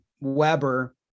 weber